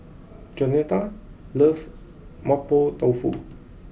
Jaunita loves Mapo Tofu